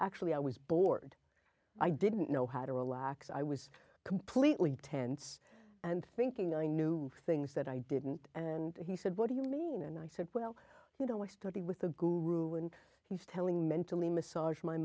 actually i was bored i didn't know how to relax i was completely tense and thinking i knew things that i didn't and he said what do you mean and i said well you know i study with the guru and he's telling mentally massage my